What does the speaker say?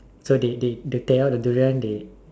so they they the tear out the durian they